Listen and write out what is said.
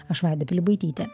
aš vaida pilibaitytė